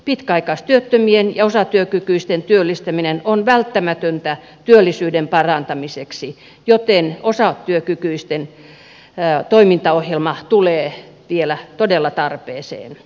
pitkäaikaistyöttömien ja osatyökykyisten työllistäminen on välttämätöntä työllisyyden parantamiseksi joten osatyökykyisten toimintaohjelma tulee vielä todella tarpeeseen